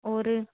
ਔਰ